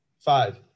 Five